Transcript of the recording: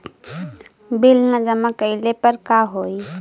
Bill न जमा कइले पर का होई?